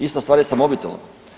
Ista stvar je sa mobitelom.